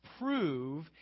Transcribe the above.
prove